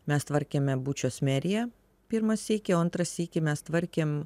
mes tvarkėme bučios meriją pirmą sykį o antrą sykį mes tvarkėm